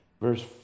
Verse